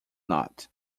not